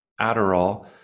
Adderall